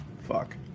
Fuck